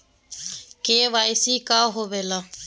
KYC का होवेला?